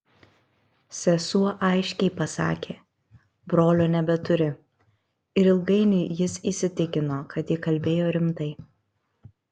sesuo aiškiai pasakė brolio nebeturi ir ilgainiui jis įsitikino kad ji kalbėjo rimtai